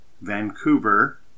Vancouver